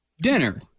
Dinner